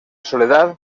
soledad